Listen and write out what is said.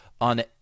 On